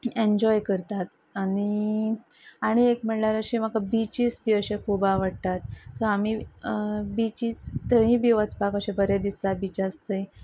enjoy करतात आनी आनी एक म्हणल्यार अशे म्हाका बिचीस बी अशे खूब आवडटात सो आमी बिची थंय बी वचपाक अशे बरे दिसता बिचा थंय